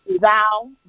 thou